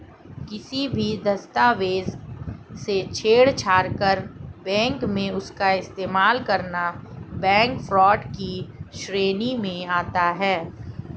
किसी भी दस्तावेज से छेड़छाड़ कर बैंक में उसका इस्तेमाल करना बैंक फ्रॉड की श्रेणी में आता है